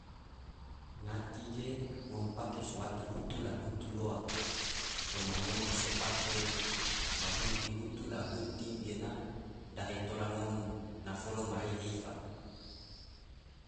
Ngati ge ngom pake so wati hutu la hutu loa, coma ngom so pake ma gunting hutu la gunting gena dahe tora ngom na folo ma rehe ifa.